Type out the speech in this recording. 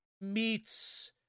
meets